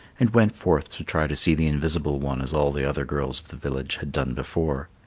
and went forth to try to see the invisible one as all the other girls of the village had done before.